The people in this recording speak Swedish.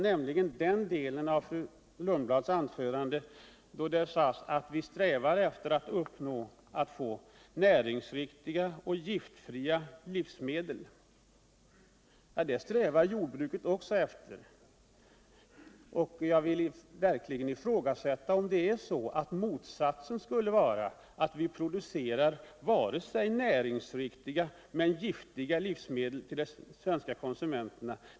Fru Lundblad talade om en strävan av få fram näringsrikviga och giftfria livsmedel. Ja, det strävar jordbruket också efter. Menar fru Lundblad verkligen att vi skulle producera livsmedel som är varken näringsriktiga eller giftfria?